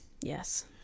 yes